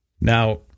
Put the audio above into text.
Now